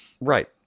Right